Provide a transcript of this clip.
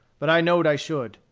but i knowed i should,